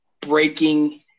Breaking